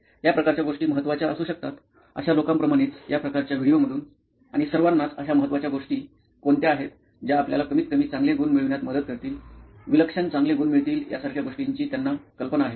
या प्रकारच्या गोष्टी महत्वाच्या असू शकतात अशा लोकांप्रमाणेच या प्रकारच्या व्हिडिओंमधून आणि सर्वांनाच अशा महत्त्वाच्या गोष्टी कोणत्या आहेत ज्या आपल्याला कमीतकमी चांगले गुण मिळवण्यात मदत करतील विलक्षण चांगले गुण मिळतील यासारख्या गोष्टींची त्यांना कल्पना आहे